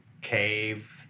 cave